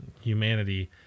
humanity